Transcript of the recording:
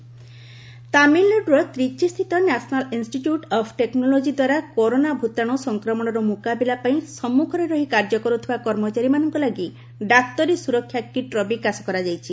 ତାମିଲନାଡୁ ସେପ୍ଟି କ୍ଲିକ୍ ତାମିଲନାଡୁର ତ୍ରିଚିସ୍ଥିତ ନ୍ୟାସନାଲ୍ ଇନ୍ଷ୍ଟିଚ୍ୟୁଟ୍ ଅଫ୍ ଟେକ୍ନୋଲୋଜି ଦ୍ୱାରା କରୋନା ଭୂତାଣୁ ସକ୍ରମଣର ମୁକାବିଲା ପାଇଁ ସମ୍ମୁଖରେ ରହି କାର୍ଯ୍ୟ କରୁଥିବା କର୍ମଚାରୀମାନଙ୍କ ଲାଗି ଡକ୍ତରୀ ସୁରକ୍ଷା କିଟ୍ର ବିକାଶ କରାଯାଇଛି